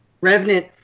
Revenant